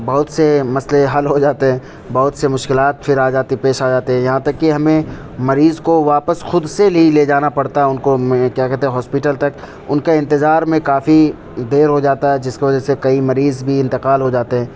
بہت سے مسئلے حل ہو جاتے ہیں بہت سے مشکلات پھر آ جاتی پیش آ جاتی ہیں یہاں تک کہ ہمیں مریض کو واپس خود سے لے جانا پڑتا ہے ان کو کیا کہتے ہیں ہاسپیٹل تک ان کے انتظار میں کافی دیر ہو جاتا ہے جس کی وجہ سے کئی مریض بھی انتقال ہو جاتے ہیں